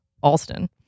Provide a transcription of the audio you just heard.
Alston